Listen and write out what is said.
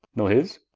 nor his?